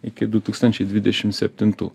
iki du tūkstančiai dvidešim septintų